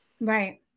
Right